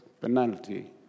penalty